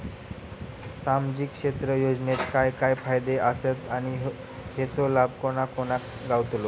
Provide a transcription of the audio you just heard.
सामजिक क्षेत्र योजनेत काय काय फायदे आसत आणि हेचो लाभ कोणा कोणाक गावतलो?